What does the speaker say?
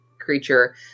creature